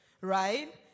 right